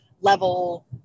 level